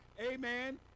amen